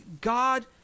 God